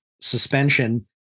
suspension